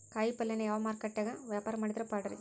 ಕಾಯಿಪಲ್ಯನ ಯಾವ ಮಾರುಕಟ್ಯಾಗ ವ್ಯಾಪಾರ ಮಾಡಿದ್ರ ಪಾಡ್ರೇ?